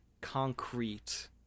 concrete